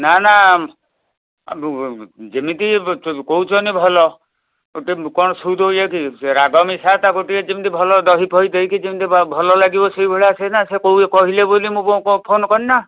ନା ନା ଯେମିତି କହୁଛନ୍ତି ଭଲ ଏତେ ଲୋକ ସୁଦୁ ଇଏକି ସେ ରାଗ ମିଶା ତାକୁ ଟିକିଏ ଯେମିତି ଭଲ ଦହି ପହି ଦେଇକି ଯେମିତି ଭଲ ଲାଗିବ ସେଇଭଳିଆ ସିଏନା ସିଏ କହିଲେବୋଲି ମୁଁ ଫୋନ୍ କଲିନା